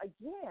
again